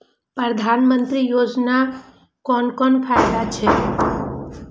प्रधानमंत्री योजना कोन कोन फायदा छै?